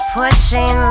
pushing